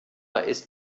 ist